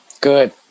Good